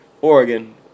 Oregon